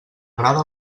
agrada